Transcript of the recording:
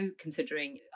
considering